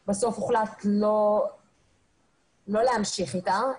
אבל בסוף הוחלט לא להמשיך אתה.